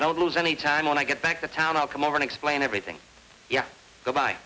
don't lose any time when i get back to town i'll come over and explain everything you go by